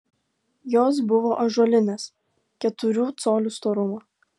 jos buvo ąžuolinės keturių colių storumo